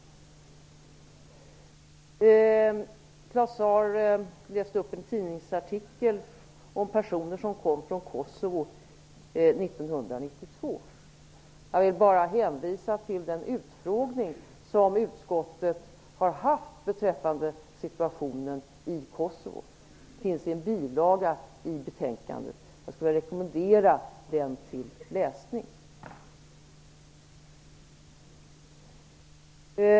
Claus Zaar läste upp en tidningsartikel om personer som kom från Kosovo 1992. Jag vill bara hänvisa till den utfrågning som utskottet har haft beträffande situationen i Kosovo. Utfrågningen finns återgiven i en bilaga till detta betänkande. Jag rekommenderar den till läsning.